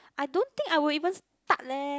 I don't think I would even start leh